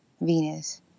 Venus